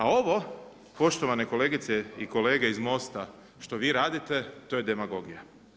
A ovo poštovane kolegice i kolege iz MOST-a što vi radite to je demagogija.